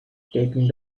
taking